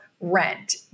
rent